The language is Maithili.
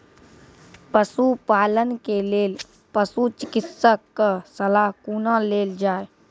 पशुपालन के लेल पशुचिकित्शक कऽ सलाह कुना लेल जाय?